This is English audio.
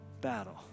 battle